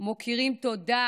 מכירים תודה